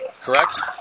correct